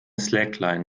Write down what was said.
slackline